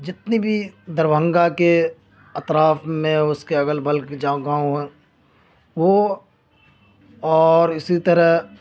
جتنے بھی دربھنگا کے اطراف میں اس کے اگل بل کے جہاں گاؤں ہیں وہ اور اسی طرح